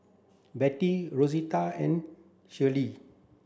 Bettie Rosita and Shirlee